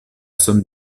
somme